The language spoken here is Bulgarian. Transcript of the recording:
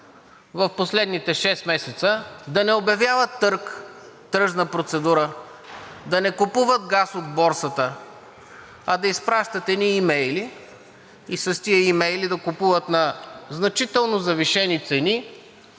в последните шест месеца да не обявяват тръжна процедура, да не купуват газ от борсата, а да изпращат едни имейли и с тези имейли да купуват газ на значително завишени цени